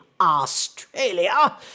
Australia